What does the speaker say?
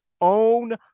own